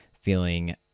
Feeling